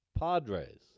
Padres